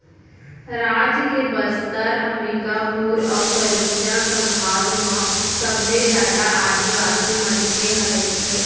राज के बस्तर, अंबिकापुर अउ सरगुजा संभाग म सबले जादा आदिवासी मनखे ह रहिथे